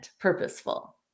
purposeful